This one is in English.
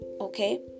okay